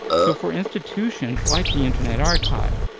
so for institutions like the internet archive,